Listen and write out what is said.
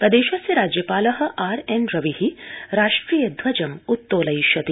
प्रदेशस्य राज्यपाल R N Ravi राष्ट्रिय ध्वजम् उत्तोलयिष्यति